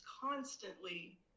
constantly